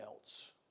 else